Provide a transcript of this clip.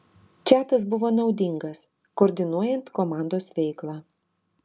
čatas buvo naudingas koordinuojant komandos veiklą